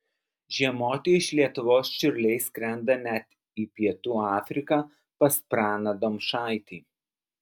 žiemoti iš lietuvos čiurliai skrenda net į pietų afriką pas praną domšaitį